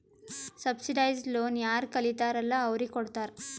subsidised loan ಯಾರ್ ಕಲಿತಾರ್ ಅಲ್ಲಾ ಅವ್ರಿಗ ಕೊಡ್ತಾರ್